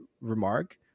remark